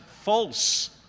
false